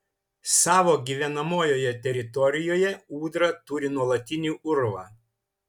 savo gyvenamojoje teritorijoje ūdra turi nuolatinį urvą